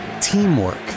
teamwork